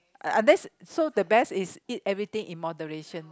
unless so the best is eat everything in moderation